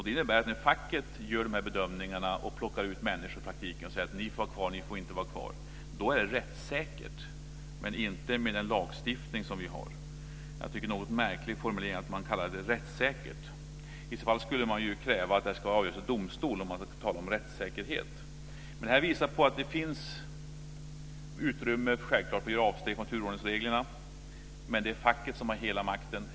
Det innebär att när facket gör dessa bedömningar och plockar ut människor i praktiken och säger vilka som får vara kvar och vilka som inte får vara kvar, så är det rättssäkert men inte med den lagstiftning som vi har. Jag tycker att det är en något märklig formulering att man kallar det rättssäkert. Om man ska tala om rättssäkerhet skulle man ju kräva att det ska avgöras av domstol. Men detta visar att det finns utrymme för att göra avsteg från turordningsreglerna men att det är facket som har hela makten.